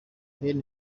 ben